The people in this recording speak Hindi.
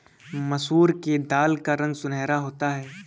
मसूर की दाल का रंग सुनहरा होता है